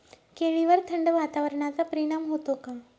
केळीवर थंड वातावरणाचा परिणाम होतो का?